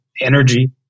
energy